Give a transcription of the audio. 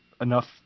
enough